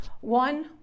One